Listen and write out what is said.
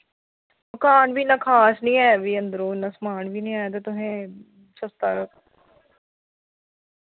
मकान बी इ'न्ना खास नी ऐ बी अंदरो इन्ना समान बी नी ऐ ते तुसें सस्ता